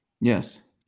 Yes